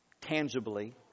tangibly